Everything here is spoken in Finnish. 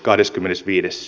syyskuuta